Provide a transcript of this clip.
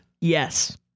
Yes